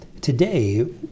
Today